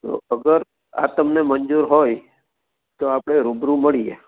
તો અગર આ તમને મંજૂર હોય તો આપણે રૂબરુ મળીએ